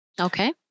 Okay